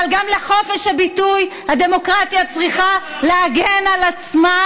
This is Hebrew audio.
אבל גם בחופש הביטוי הדמוקרטיה צריכה להגן על עצמה,